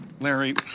Larry